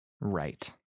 right